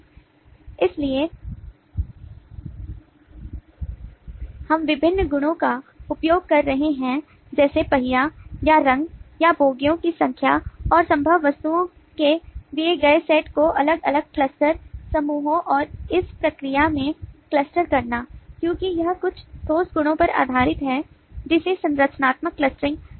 इसलिए हम विभिन्न गुणों का उपयोग कर रहे हैं जैसे पहिया का रंग या बोगियों की संख्या और संभव वस्तुओं के दिए गए सेट को अलग अलग क्लस्टर समूहों और इस प्रक्रिया में क्लस्टर करना क्योंकि यह कुछ ठोस गुणों पर आधारित है जिसे संरचनात्मक क्लस्टरिंग कहा जाता है